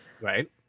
right